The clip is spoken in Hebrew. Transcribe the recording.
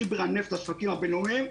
שיבר הנפט לשווקים הבין-לאומיים,